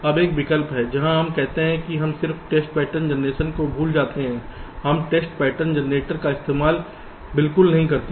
अब एक विकल्प है यहां हम कहते हैं कि हम सिर्फ टेस्ट पैटर्न जेनरेशन को भूल जाते हैं हम टेस्ट पैटर्न जेनरेटर का इस्तेमाल बिल्कुल नहीं करते हैं